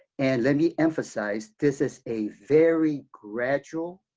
and let me emphasize this is a very gradual,